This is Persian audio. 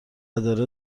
داره